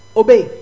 obey